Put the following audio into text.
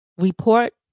report